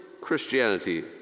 Christianity